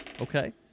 Okay